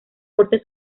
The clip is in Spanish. corte